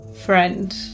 friend